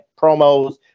promos